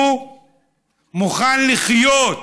הוא מוכן לחיות,